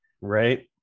Right